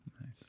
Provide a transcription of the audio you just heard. nice